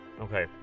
Okay